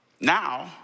Now